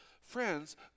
Friends